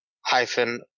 hyphen